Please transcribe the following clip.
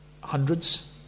Hundreds